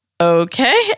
okay